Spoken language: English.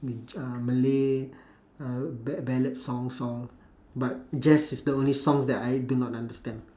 malay uh ba~ ballad songs all but jazz is the only songs that I do not understand